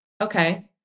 okay